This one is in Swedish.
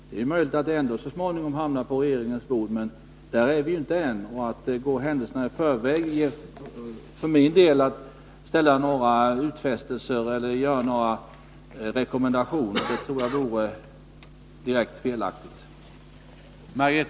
Det är möjligt att frågan ändå så småningom hamnar på regeringens bord, men där är vi inte än, och att gå händelserna i förväg — dvs. att för min del komma med några utfästelser eller göra några rekommendationer — tror jag vore direkt felaktigt.